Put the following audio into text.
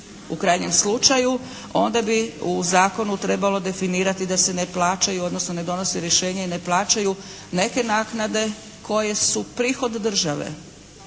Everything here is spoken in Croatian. u krajnjem slučaju onda bi u zakonu trebalo definirati da se ne plaćaju odnosno ne donosi rješenje i ne plaćaju neke naknade koje su prihod države,